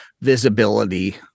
visibility